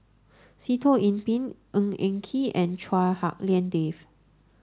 Sitoh Yih Pin Ng Eng Kee and Chua Hak Lien Dave